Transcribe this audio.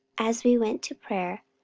as we went to prayer,